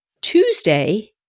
Tuesday